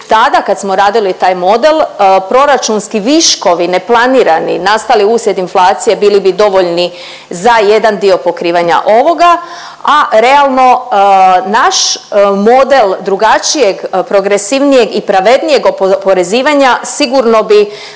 tada kad smo radili taj model proračunski viškovi neplanirani nastali uslijed inflacije bili bi dovoljni za jedan dio pokrivanja ovoga, a realno naš model drugačijeg, progresivnijeg i pravednijeg oporezivanja sigurno bi